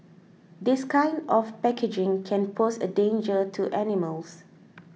this kind of packaging can pose a danger to animals